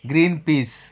green peas